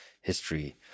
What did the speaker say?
history